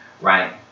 right